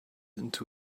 into